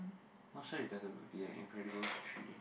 not sure if there's a the Incredible three